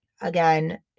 Again